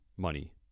money